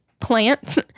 plants